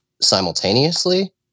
simultaneously